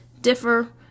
differ